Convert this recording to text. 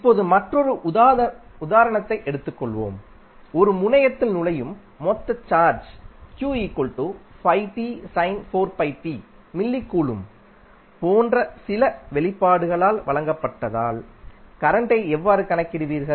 இப்போது மற்றொரு உதாரணத்தை எடுத்துக் கொள்வோம் ஒரு முனையத்தில் நுழையும் மொத்த சார்ஜ் mCபோன்ற சில வெளிப்பாடுகளால் வழங்கப்பட்டால்கரண்டை எவ்வாறு கணக்கிடுவீர்கள்